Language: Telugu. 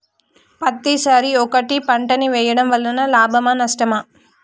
పత్తి సరి ఒకటే పంట ని వేయడం వలన లాభమా నష్టమా?